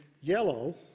yellow